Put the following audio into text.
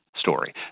story